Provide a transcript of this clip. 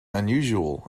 unusual